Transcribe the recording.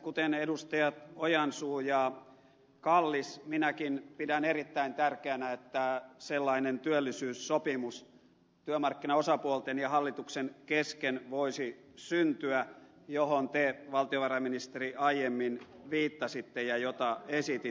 kuten edustajat ojansuu ja kallis minäkin pidän erittäin tärkeänä että sellainen työllisyyssopimus työmarkkinaosapuolten ja hallituksen kesken voisi syntyä johon te valtiovarainministeri aiemmin viittasitte ja jota esititte